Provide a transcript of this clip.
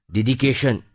Dedication